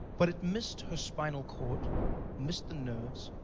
but it missed her spinal cord missed the nerves,